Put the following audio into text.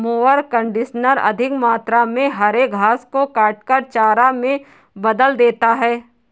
mower conditioner अधिक मात्रा में हरे घास को काटकर चारा में बदल देता है